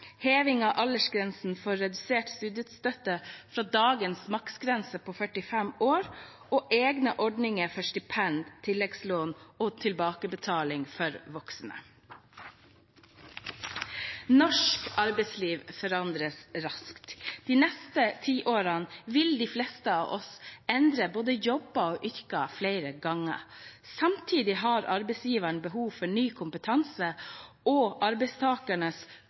heving av aldersgrensen for redusert studiestøtte fra dagens maksgrense på 45 år egne ordninger for stipend, tilleggslån og tilbakebetaling for voksne. Norsk arbeidsliv forandres raskt. De neste tiårene vil de fleste av oss endre både jobber og yrker flere ganger. Samtidig har arbeidsgiverne behov for ny kompetanse, og arbeidstakernes